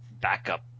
backup